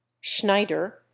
Schneider